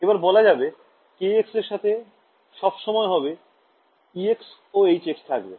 এবার বলা যাবে kx এর সাথে সবসময় হরে ex ও hx থাকবে